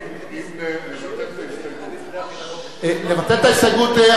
אם נבטל את ההסתייגות, לבטל את ההסתייגות,